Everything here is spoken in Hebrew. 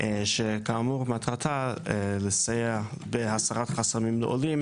שכאמור מטרתה לסייע בהסרת חסמים לעולים